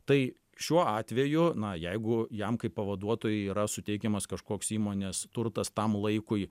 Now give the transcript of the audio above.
tai šiuo atveju na jeigu jam kaip pavaduotojui yra suteikiamas kažkoks įmonės turtas tam laikui